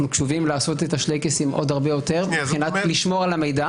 אנחנו קשובים לעשות את השלייקסים עוד הרבה יותר מבחינת שמירת המידע.